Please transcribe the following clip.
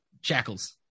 Shackles